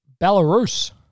Belarus